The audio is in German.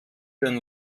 den